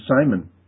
Simon